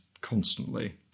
constantly